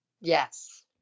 Yes